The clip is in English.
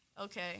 Okay